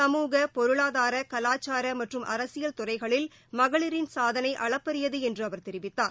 சமூக பொருளாதார கலாச்சாரமற்றும் அரசியல் துறைகளில் மகளிரின் சாதனைஅளப்பறியதுஎன்றுஅவர் தெரிவித்தர்